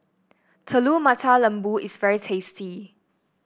Telur Mata Lembu is very tasty